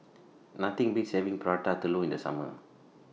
Nothing Beats having Prata Telur in The Summer